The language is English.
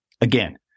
again